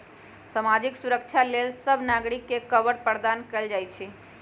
सामाजिक सुरक्षा लेल सभ नागरिक के कवर प्रदान कएल जाइ छइ